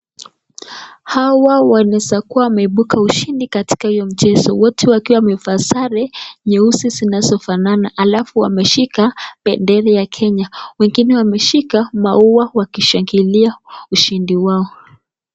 Hawa wanwezakuwa wameibuka mshindi katika huo mchezo, hawa wote wakiwa wamevaa sare nyeusi zinazofanana alafu wameshika bendera ya Kenya. Wengine wameshika maua wakishangilia ushindi wao.